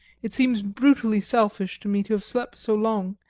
it seems brutally selfish to me to have slept so long,